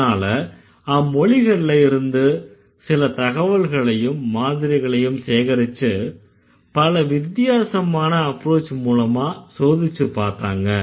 அதனால அம்மொழிகள்ல இருந்து சில தகவல்களையும் மாதிரிகளையும் சேகரிச்சு பல வித்தியாசமான அப்ரோச் மூலமா சோதிச்சுப்பார்த்தாங்க